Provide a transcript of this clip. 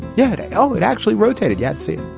yeah. oh it actually rotated yahtzee.